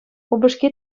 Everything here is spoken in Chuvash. упӑшки